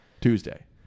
Tuesday